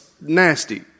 nasty